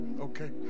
okay